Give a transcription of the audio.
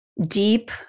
Deep